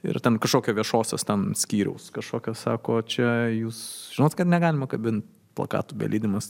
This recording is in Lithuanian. ir ten kažkokio viešosios ten skyriaus kažkokio sako čia jūs žinot kad negalima kabint plakatų be leidimas